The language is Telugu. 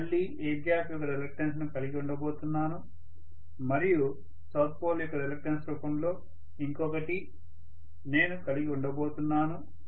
నేను మళ్ళీ ఎయిర్ గ్యాప్ యొక్క రిలక్టన్స్ ను కలిగి ఉండబోతున్నాను మరియు సౌత్ పోల్ యొక్క రిలక్టన్స్ రూపంలో ఇంకొకటి నేను కలిగి ఉండబోతున్నాను